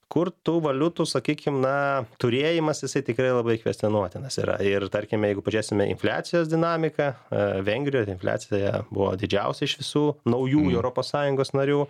kur tų valiutų sakykime na turėjimas jisai tikrai labai kvestionuotinas yra ir tarkime jeigu pažiūrėsime infliacijos dinamiką vengrijoj infliacija buvo didžiausia iš visų naujųjų europos sąjungos narių